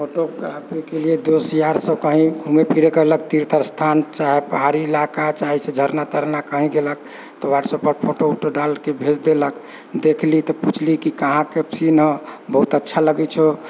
फोटोग्राफीके लिए दोस्त यारसब कहीँ घुमै फिरै केलक तीर्थ स्थान चाहे पहाड़ी इलाका चाहे से झरना तरना कहीँ गेलक तऽ व्हाट्सएपपर फोटो वोटो डालके भेज देलक देखली तऽ पूछली कि कहाँके सीन हउ बहुत अच्छा लगै छौ